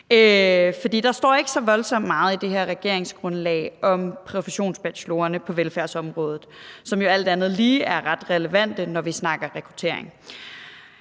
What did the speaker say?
Der står ikke så voldsomt meget i det her regeringsgrundlag om professionsbachelorerne på velfærdsområdet, som jo alt andet lige er ret relevante, når vi snakker rekruttering.